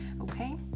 Okay